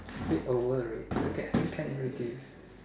is it over already okay I think can already